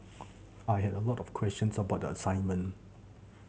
I had a lot of questions about the assignment